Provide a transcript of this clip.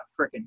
freaking